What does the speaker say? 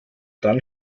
dann